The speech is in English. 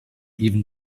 even